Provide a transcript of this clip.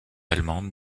allemandes